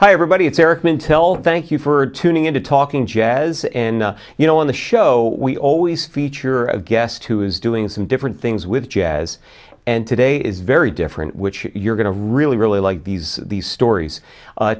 hi everybody it's eric mintel thank you for tuning in to talking jazz and you know on the show we always feature a guest who is doing some different things with jazz and today is very different which you're going to really really like these these stories